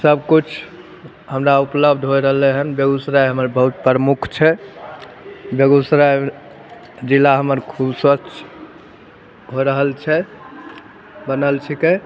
सबकिछु हमरा उपलब्ध होइ रहलै हन बेगुसराय हमर बहुत प्रमुख छै बेगुसराय जिला हमर खुश अछि भऽ रहल छै बनल छिकै